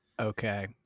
Okay